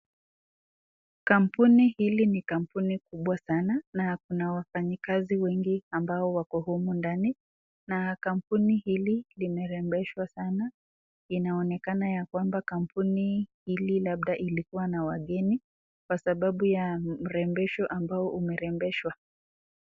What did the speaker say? Kampuni hili ni kampuni kubwa sana na kuna wafanyikazi wengi ambao wako humu ndani na kampuni hili limerembezwa sana inaonekana ya kwamba kampuni hili labda ilikuwa ni ya wageni sababu mrembesho ambao imerembeshwa.